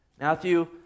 Matthew